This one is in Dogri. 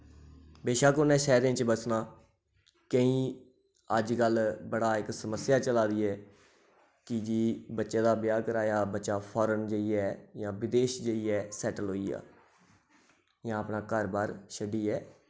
बेशक उ'नै शैह्रें च बस्सना केईं अज्जकल बड़ा इक समस्या चला दी ऐ कि जी बच्चे दा ब्याह कराया बच्चा फारेन जाइयै जां बिदेश जाइयै सैटल होइया जां अपना घर बाह्र छड्डियै